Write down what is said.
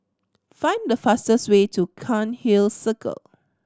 find the fastest way to Cairnhill Circle